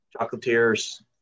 chocolatier's